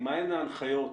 האשראי.